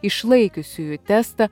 išlaikiusiųjų testą